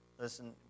Listen